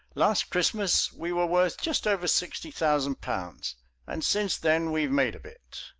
last christmas we were worth just over sixty thousand pounds and since then we've made a bit.